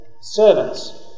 servants